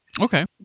Okay